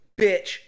bitch